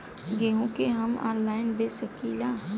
गेहूँ के हम ऑनलाइन बेंच सकी ला?